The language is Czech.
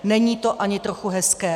Není to ani trochu hezké.